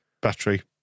battery